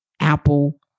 Apple